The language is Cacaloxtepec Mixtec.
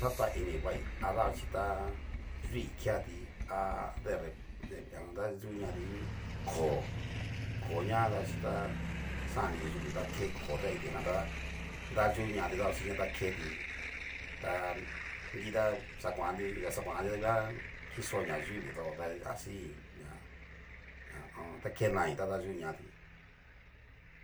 Xatanini vai a dabaxhichí ta yui keatí adere dayuñati ngu, koo koo ñadaxhichi ta xan'nri yuku ta ke koota kitijan tá, dayuñati ña davaxhichi ta keti ta nrita xakuanti xakuanti dangua kixó'o na yunri to da asi ña ha o on. ta ke nati ta dayú ñati.